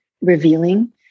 revealing